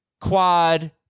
quad